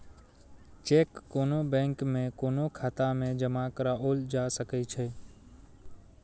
cheque कोनो bank में कोनो खाता मे जमा कराओल जा सकै छै